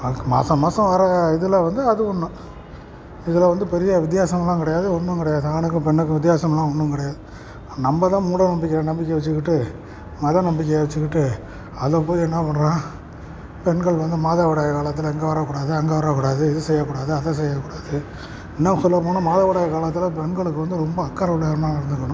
அதுக்கு மாதம் மாதம் வர இதில் வந்து அது ஒன்று இதில் வந்து பெரிய வித்தியாசம்லாம் கிடையாது ஒன்றும் கிடையாது ஆணுக்கும் பெண்ணுக்கும் வித்தியாசம்லாம் ஒன்றும் கிடையாது நம்ம தான் மூடநம்பிக்கை நம்பிக்கையை வச்சுக்கிட்டு மத நம்பிக்கையை வச்சுக்கிட்டு அதை போய் என்ன பண்ணுறான் பெண்கள் வந்து மாதவிடாய் காலத்தில் இங்கே வரக்கூடாது அங்கே வரக்கூடாது இது செய்யக்கூடாது அதை செய்யக்கூடாது இன்னும் சொல்ல போனால் மாதவிடாய் காலத்தில் பெண்களுக்கு வந்து ரொம்ப அக்கறை உள்ள விதமாக நடந்துக்கணும்